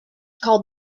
called